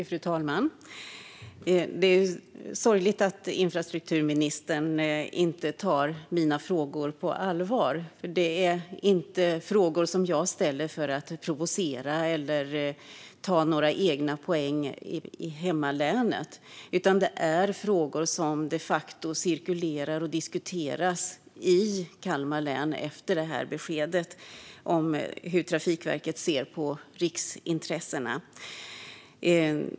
Fru talman! Det är sorgligt att infrastrukturministern inte tar mina frågor på allvar. Detta är inte frågor som jag ställer för att provocera eller ta några egna poäng i hemlänet, utan det är frågor som de facto cirkulerar och diskuteras i Kalmar län efter beskedet om hur Trafikverket ser på riksintressen.